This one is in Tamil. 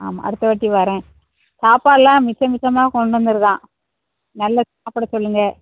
ஆமாம் அடுத்த வாட்டி வர்றேன் சாப்பாடுலாம் மிச்சம் மிச்சமாக கொண்டு வந்திருக்கான் நல்லா சாப்பிட சொல்லுங்கள்